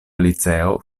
liceo